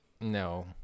No